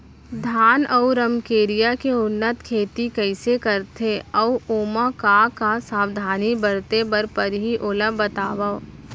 धान अऊ रमकेरिया के उन्नत खेती कइसे करथे अऊ ओमा का का सावधानी बरते बर परहि ओला बतावव?